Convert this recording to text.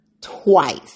twice